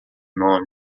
nome